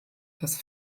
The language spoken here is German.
das